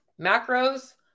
Macros